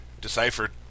deciphered